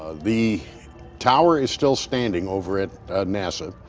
the tower is still standing over at nasa.